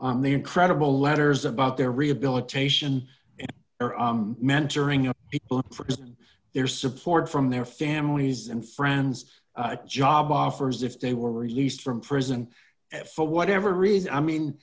on the incredible letters about their rehabilitation and mentoring for their support from their families and friends job offers if they were released from prison for whatever reason i mean